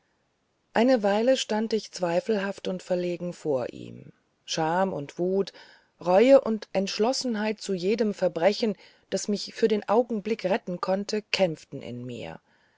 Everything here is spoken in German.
eine weile stand ich zweifelhaft und verlegen vor ihm scham und wut reue und entschlossenheit zu jedem verbrechen das mich für den augenblick retten konnte kämpften in mir